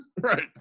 Right